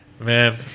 man